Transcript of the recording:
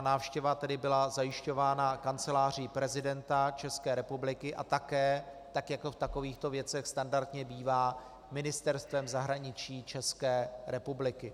Návštěva byla zajišťována Kanceláří prezidenta České republiky a také, jak v takovýchto věcech standardně bývá, Ministerstvem zahraničí České republiky.